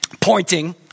pointing